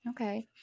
Okay